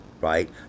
right